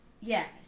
Yes